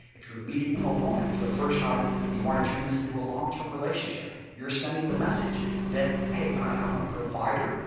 if you are meeting a woman for the first time and you want to turn this into a long term relationship you are sending the message that, hey i am a provider.